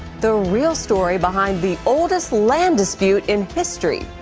the real story behind the oldest land dispute in history,